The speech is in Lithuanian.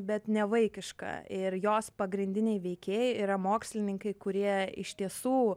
bet ne vaikiška ir jos pagrindiniai veikėjai yra mokslininkai kurie iš tiesų